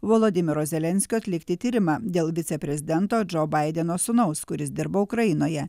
volodymyro zelenskio atlikti tyrimą dėl viceprezidento džo baideno sūnaus kuris dirba ukrainoje